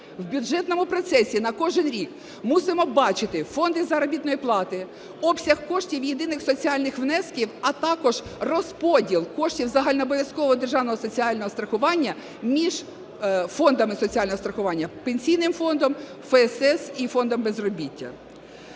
в бюджетному процесі на кожен рік мусимо бачити фонди заробітної плати, обсяг коштів єдиних соціальних внесків, а також розподіл коштів загальнообов'язкового державного соціального страхування між фондами соціального страхування: Пенсійним фондом, ФСС і Фондом безробіття.